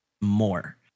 more